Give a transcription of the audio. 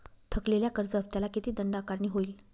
थकलेल्या कर्ज हफ्त्याला किती दंड आकारणी होईल?